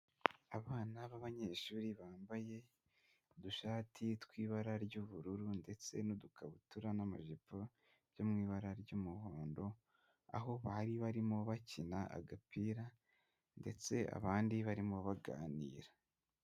Abana b'abanyeshuri bambaye udushati tw'ibara ry'ubururu ndetse n'udukabutura n'amajipo byo mu ibara ry'umuhondo, aho bari barimo bakina agapira ndetse abandi barimo baganira.